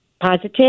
positive